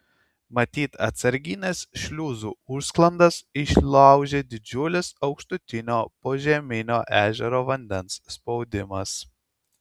matyt atsargines šliuzų užsklandas išlaužė didžiulis aukštutinio požeminio ežero vandens spaudimas